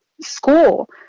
school